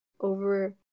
over